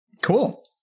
Cool